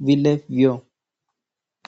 vile vyoo.